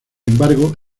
embargo